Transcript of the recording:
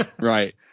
Right